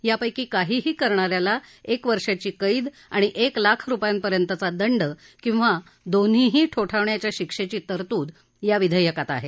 यापैकी काहीही करणा याला एक वर्षांची कैद आणि एक लाख रुपये पर्यंतचा दंड किवा दोन्ही ठोठावण्याच्या शिक्षेची तरतूद या विधेयकात आहे